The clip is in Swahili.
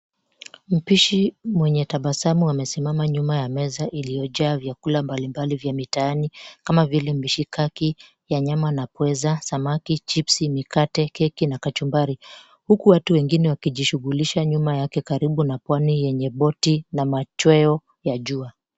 Mpishi mwenye tabasamu amesimama nyuma ya meza iliyojaa vyakula mbalimbali vya mitaani kama vile mishikaki ya nyama na pweza, samaki, chips , mikate, keki na kachumbari huku watu wengine wakijishughulisha nyuma yake karibu na Pwani yenye boti na machweo ya jua.